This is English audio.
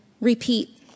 repeat